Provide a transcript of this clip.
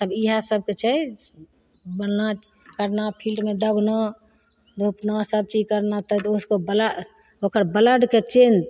तब इएह सबके छै बुलना करना फील्डमे दौड़ना धुपना सबचीज करना तऽ दोष को वला ओकर ब्लडके चेन्ज